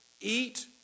eat